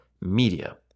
media